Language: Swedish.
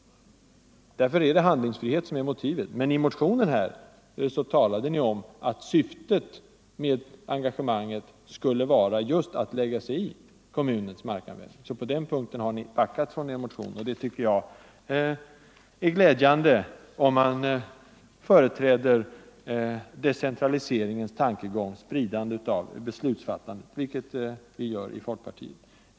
Därför är det handlingsfrihet som är motivet. Men i motionen talade ni om att syftet med engagemanget skulle vara just att lägga sig i kommunens markanvändning. På den punkten har ni alltså backat från er motion, och det tycker jag är glädjande för den som företräder decentraliseringens princip — spridande av beslutsfattandet — vilket vi gör i folkpartiet.